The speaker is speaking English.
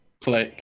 click